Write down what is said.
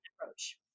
approach